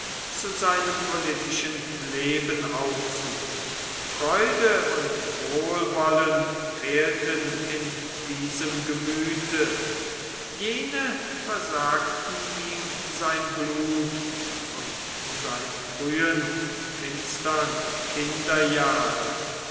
zu seinem politischen leben aufsuchen freude und wohlwollen fehlten in diesem gemüthe jene versagten ihm sein blut und seine frühen finstern